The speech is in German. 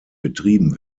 betrieben